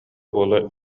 буола